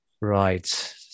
Right